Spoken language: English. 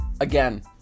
again